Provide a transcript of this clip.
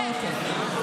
אוקיי.